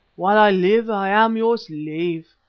while i live i am your slave.